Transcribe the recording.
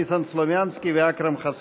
ניסן סלומינסקי ואכרם חסון.